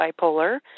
bipolar